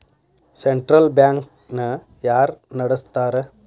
Central bank ನ ಯಾರ್ ನಡಸ್ತಾರ?